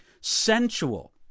Sensual